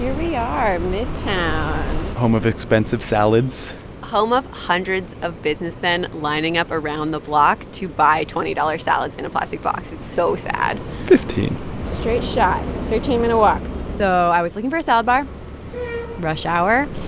we are midtown home of expensive salads home of hundreds of businessmen lining up around the block to buy twenty dollars salads in a plastic box. it's so sad fifteen straight shot thirteen minute walk so i was looking for a salad bar rush hour